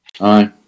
Aye